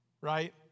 right